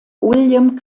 william